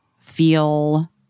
feel